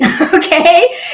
okay